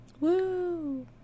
Woo